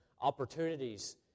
opportunities